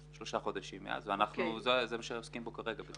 שלושה חודשים מאז ובזה אנחנו עוסקים כרגע.